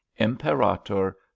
Imperator